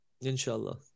Inshallah